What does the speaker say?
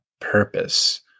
purpose